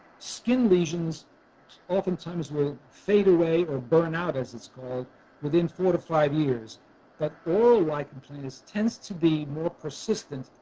skin lesions often times will fade away or burn out as it's called within four to five years but oral lichen planus zero to be more persistent,